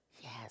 yes